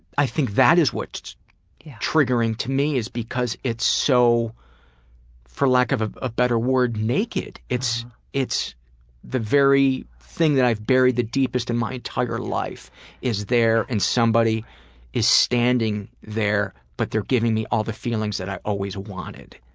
i think that is what's triggering to me is that it's so for lack of a better word naked. it's it's the very thing that i've buried the deepest in my entire life is there and somebody is standing there but they're giving me all the feelings that i always wanted.